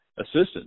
assistance